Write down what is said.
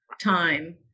time